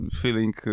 feeling